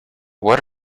what